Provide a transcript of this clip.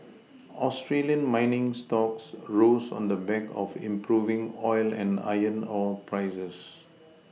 Australian mining stocks rose on the back of improving oil and iron ore prices